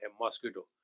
mosquito